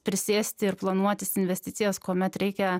prisėsti ir planuotis investicijas kuomet reikia